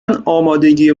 آمادگی